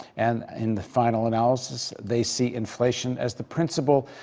and in the final analysis, they see inflation as the principal,